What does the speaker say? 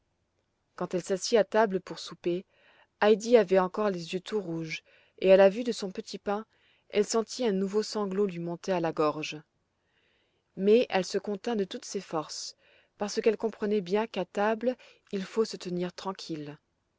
quand elle s'assit à table pour souper heidi avait encore les yeux tout rouges et à la vue de son petit pain elle sentit un nouveau sanglot lui monter à la gorge mais elle se contint de toutes ses forces parce qu'elle comprenait bien qu'à table il faut se tenir tranquille